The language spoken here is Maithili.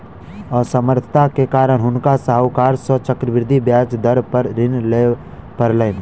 असमर्थता के कारण हुनका साहूकार सॅ चक्रवृद्धि ब्याज दर पर ऋण लिअ पड़लैन